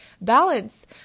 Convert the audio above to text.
balance